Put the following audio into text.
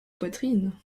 poitrine